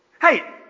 Hey